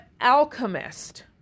alchemist